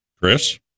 Chris